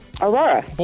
Aurora